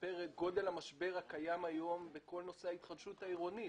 גודל המשבר הקיים היום בכל נושא ההתחדשות העירונית.